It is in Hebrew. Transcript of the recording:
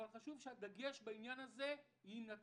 אבל חשוב שיינתן דגש בעניין הזה כי